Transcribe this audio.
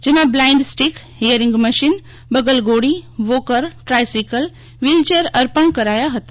જેમાં blind stick hearing machine બગલ ઘોડી વોકર ટ્રાઈસિકલ વ્હીલચેર અર્પણ કરાયા હતા